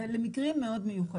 זה למקרים מאוד מיוחדים.